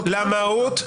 למהות.